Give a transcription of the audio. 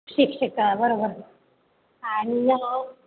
शिक्षक बरोबर आणि